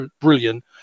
brilliant